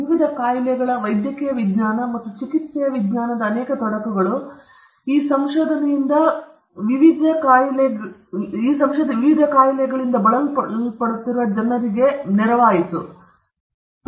ಮತ್ತು ವಿವಿಧ ಕಾಯಿಲೆಗಳ ವೈದ್ಯಕೀಯ ವಿಜ್ಞಾನ ಮತ್ತು ಚಿಕಿತ್ಸೆಯ ವಿಜ್ಞಾನದ ಅನೇಕ ತೊಡಕುಗಳು ಈ ಸಂಶೋಧನೆಯು ವಿವಿಧ ಕಾಯಿಲೆಗಳು ಮತ್ತು ಕಾಯಿಲೆಗಳಿಂದ ಬಳಲುತ್ತಿರುವ ಪ್ರಪಂಚದಾದ್ಯಂತ ಬಹಳಷ್ಟು ಜನರಿಗೆ ನೆರವಾಗುತ್ತಿತ್ತು